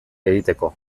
egiteko